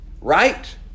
Right